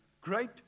great